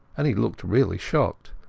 and he looked really shocked.